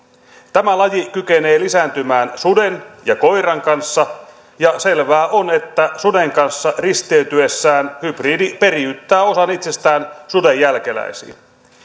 tämä laji kykenee lisääntymään suden ja koiran kanssa ja selvää on että suden kanssa risteytyessään hybridi periyttää osan itsestään suden jälkeläisiin